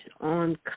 on